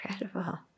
Incredible